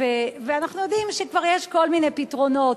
ואנחנו יודעים שכבר יש כל מיני פתרונות,